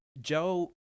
Joe